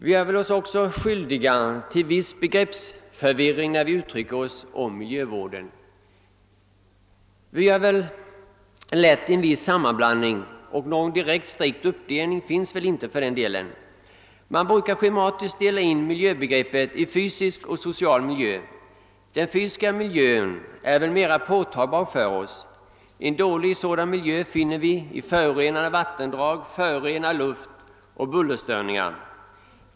Vi gör oss väl skyldiga till en viss begreppsförvirring och sammanblandning när vi uttalar oss om miljövården, och någon strikt uppdelning finns inte för den delen. Man brukar schematiskt dela in miljöbegreppen i fysisk och social miljö. Den fysiska miljön är kanske mera påtaglig för oss. En dålig sådan miljö finner vi där förorenade vattendrag, förorenad luft och bullerstörningar är för handen.